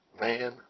man